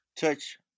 Touch